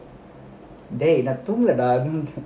dey நான் தூங்கல:naan thoongala dah